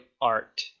art